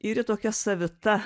ir ji tokia savita